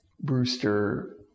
Brewster